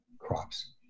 crops